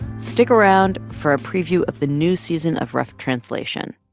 stick around for a preview of the new season of rough translation